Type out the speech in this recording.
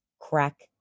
crack